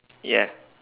ya